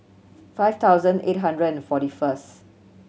five thousand eight hundred and forty first